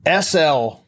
SL